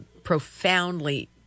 profoundly